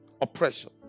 Oppression